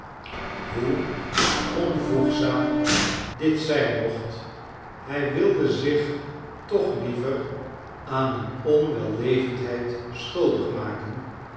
hoe onvoegzaam dit zijn mocht hij wilde zich toch liever aan een onwellevendheid schuldig maken